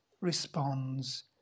responds